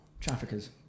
Traffickers